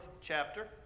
chapter